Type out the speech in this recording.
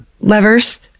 Levers